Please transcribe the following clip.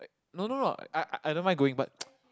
no no no I I don't mind going but